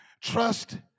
Trust